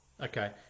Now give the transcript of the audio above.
Okay